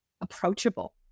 approachable